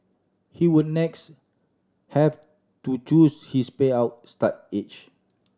he would next have to choose his payout start age